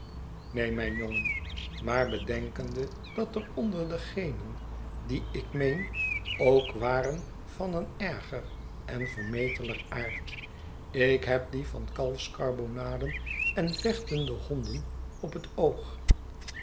neen mijn jongen maar bedenkende dat er onder degenen die ik meen ook waren van een erger en vermeteler aard ik heb die van kalfskarbonaden en vechtende honden op het oog